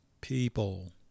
people